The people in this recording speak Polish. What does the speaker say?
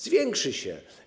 Zwiększy się.